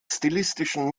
stilistischen